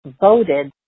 voted